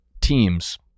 teams –